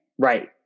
Right